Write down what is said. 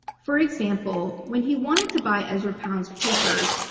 for example, when he wanted to buy ezra pound's papers,